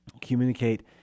communicate